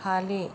खाली